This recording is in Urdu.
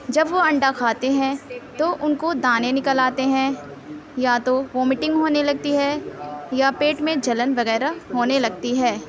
جب وہ انڈا کھاتے ہیں تو اُن کو دانے نکل آتے ہیں یا تو ومیٹنگ ہونے لگتی ہے یا پیٹ میں جلن وغیرہ ہونے لگتی ہے